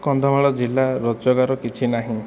କନ୍ଧମାଳ ଜିଲ୍ଲା ରୋଜଗାର କିଛି ନାହିଁ